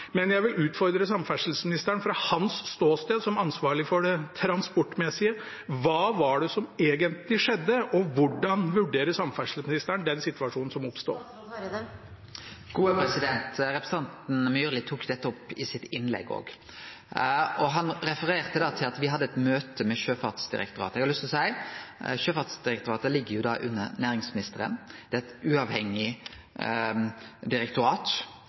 transportmessige: Hva var det som egentlig skjedde, og hvordan vurderer samferdselsministeren den situasjonen som oppsto? Representanten Myrli tok dette opp òg i sitt innlegg, og han refererte til at me hadde eit møte med Sjøfartsdirektoratet. Eg har lyst til å seie at Sjøfartsdirektoratet ligg under næringsministeren, og det er eit uavhengig direktorat.